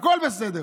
הכול בסדר.